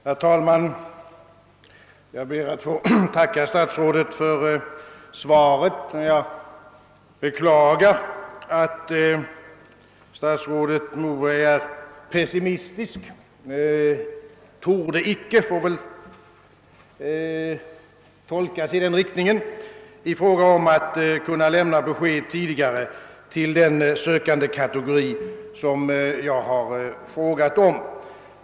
Herr talman! Jag ber att få tacka statsrådet Moberg för svaret, men jag beklagar att han är pessimistisk — »torde inte» får väl tolkas i den riktningen — i fråga om att kunna lämna ett tidigare besked till den sökandekategori som jag har frågat om.